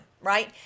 right